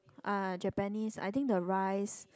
uh Japanese I think the rice